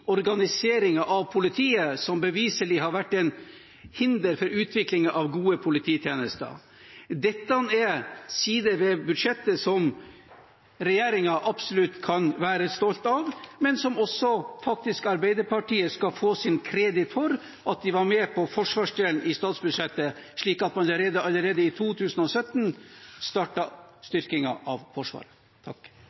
organiseringen av politiet, som beviselig har vært et hinder for utviklingen av gode polititjenester. Dette er sider ved budsjettet som regjeringen absolutt kan være stolt av. Faktisk skal også Arbeiderpartiet få kreditt for at de var med på forsvarsdelen i statsbudsjettet, slik at man allerede i 2017